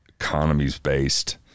economies-based